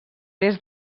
est